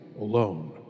alone